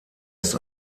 ist